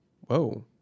whoa